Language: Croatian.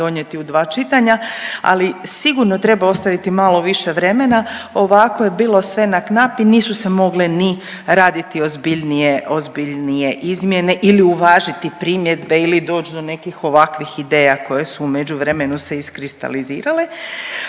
da je bolje zakon donijeti u dva čitanja, ali sigurno treba ostaviti malo više vremena, ovako je bilo sve na knap i nisu se mogle ni raditi ozbiljnije, ozbiljnije izmjene ili uvažiti primjedbe ili doć do nekih ovakvih ideja koje su u međuvremenu se iskristalizirale,